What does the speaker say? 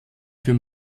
für